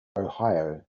ohio